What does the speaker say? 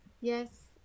Yes